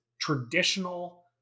traditional